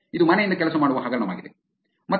ಇದು ಮನೆಯಿಂದ ಕೆಲಸ ಮಾಡುವ ಹಗರಣವಾಗಿದೆ